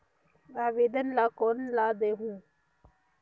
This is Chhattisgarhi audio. आवेदन ला कोन ला देहुं?